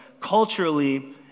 culturally